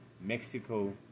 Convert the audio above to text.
Mexico